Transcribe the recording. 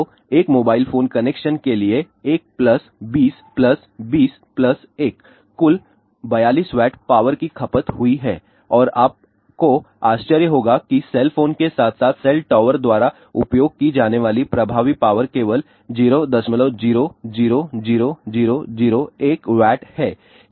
तो एक mobile phone connection के लिए 1 प्लस 20 प्लस 20 प्लस 1 कुल 42 W पावर की खपत हुई है और आपको आश्चर्य होगा कि सेल फोन के साथ साथ सेल टॉवर द्वारा उपयोग की जाने वाली प्रभावी पावर केवल 00000001 W है